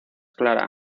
clara